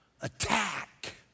attack